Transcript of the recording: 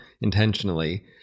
intentionally